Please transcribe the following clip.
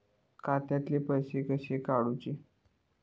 खात्यातले पैसे कसे काडूचे?